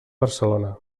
barcelona